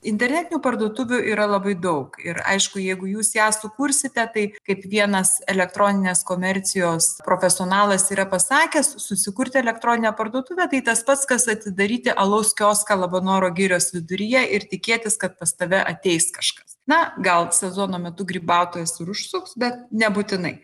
internetinių parduotuvių yra labai daug ir aišku jeigu jūs ją sukursite tai kaip vienas elektroninės komercijos profesionalas yra pasakęs susikurti elektroninę parduotuvę tai tas pats kas atidaryti alaus kioską labanoro girios viduryje ir tikėtis kad pas tave ateis kažkas na gal sezono metu grybautojas ir užsuks bet nebūtinai